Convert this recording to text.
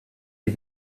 die